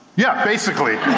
yeah, basically.